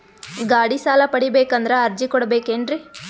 ಗಾಡಿ ಸಾಲ ಪಡಿಬೇಕಂದರ ಅರ್ಜಿ ಕೊಡಬೇಕೆನ್ರಿ?